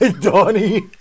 Donnie